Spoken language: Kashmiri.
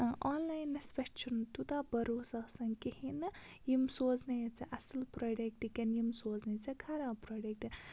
آنلاینَس پٮ۪ٹھ چھُنہٕ تیوٗتاہ بَروسہٕ آسان کِہیٖنۍ نہٕ یِم سوزنیا ژےٚ اَصٕل پرٛوڈَٮ۪کٹ کِنہٕ یِم سوزنَے ژےٚ خراب پرٛوڈَٮ۪کٹ